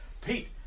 Pete